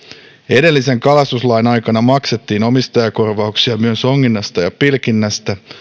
edellisen kalastuslain aikana maksettiin omistajakorvauksia myös onginnasta ja pilkinnästä